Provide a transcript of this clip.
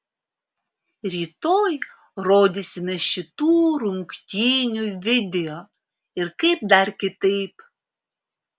rytoj rodysime šitų rungtynių video ir kaip dar kitaip